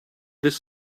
this